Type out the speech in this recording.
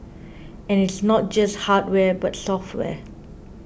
and it's not just hardware but software